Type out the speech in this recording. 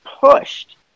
pushed